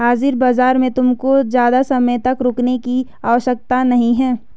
हाजिर बाजार में तुमको ज़्यादा समय तक रुकने की आवश्यकता नहीं है